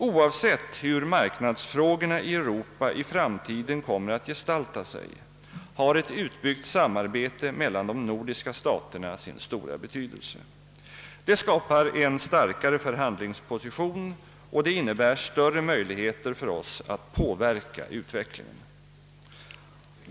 Oavsett hur marknadsfrågorna i Europa i framtiden kommer att gestalta sig har ett utbyggt samarbete mellan de nordiska staterna sin stora betydelse. Det skapar en starkare förhandlingsposition och innebär större möjligheter för oss att påverka utvecklingen.